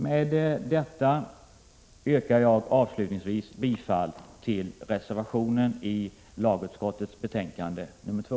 Med detta yrkar jag avslutningsvis bifall till reservationen till lagutskottets betänkande nr 2.